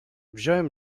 wziąłem